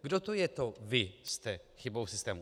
Kdo to je to: vy jste chybou v systému?